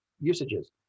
usages